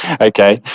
okay